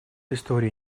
истории